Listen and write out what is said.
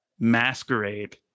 masquerade